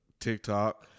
TikTok